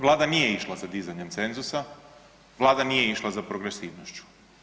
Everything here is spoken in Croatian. Vlada nije išla sa dizanjem cenzusa, Vlada nije išla za progresivnošću.